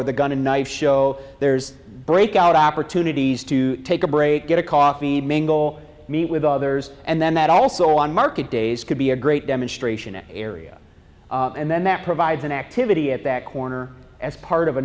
or the gun and knife show there's breakout opportunities to take a break get a coffee mingle meet with others and then that also on market days could be a great demonstration area and then that provides an activity at that corner as part of a